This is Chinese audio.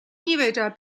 意味着